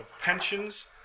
pensions